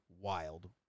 wild